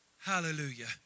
Hallelujah